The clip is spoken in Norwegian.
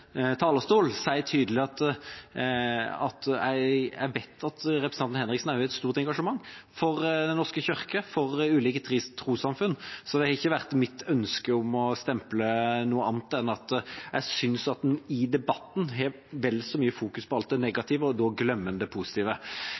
talerstol si tydelig at jeg vet at representanten Henriksen har et stort engasjement for Den norske kirke og for ulike trossamfunn. Det har ikke vært mitt ønske å stemple noen, annet enn å si at jeg synes at en i debatten har vel så mye fokus på alt det negative, og da glemmer en det positive.